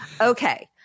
Okay